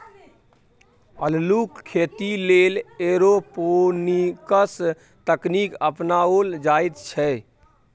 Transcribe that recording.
अल्लुक खेती लेल एरोपोनिक्स तकनीक अपनाओल जाइत छै